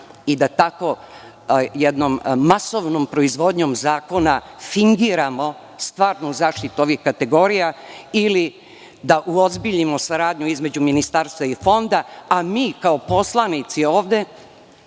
i da takvom jednom masovnom proizvodnjom zakona fingiramo stvarnu zaštitu ovih kategorija ili da uozbiljimo saradnju između Ministarstva i Fonda, a mi kao poslanici ovde